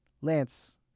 Lance